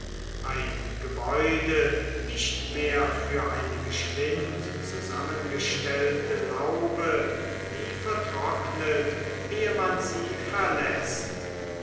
ein gebäude nicht mehr für eine geschwind zusammengestellte laube die vertrocknet ehe man sie verläßt